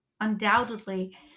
undoubtedly